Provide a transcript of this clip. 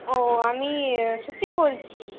ও আমি সুপ্রিয়া বলছি